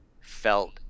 felt